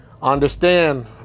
Understand